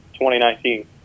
2019